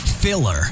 filler